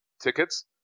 tickets